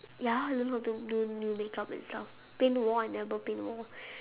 ya I learn how to do new makeup and stuff paint the wall I never paint the wall